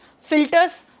filters